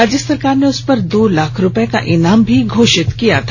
राज्य सरकार ने उस पर दो लाख रूपये का इनाम भी घोषित किया था